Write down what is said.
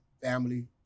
Family